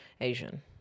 Asian